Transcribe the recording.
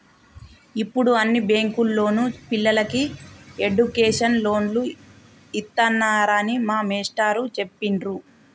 యిప్పుడు అన్ని బ్యేంకుల్లోనూ పిల్లలకి ఎడ్డుకేషన్ లోన్లు ఇత్తన్నారని మా మేష్టారు జెప్పిర్రు